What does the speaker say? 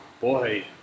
Boy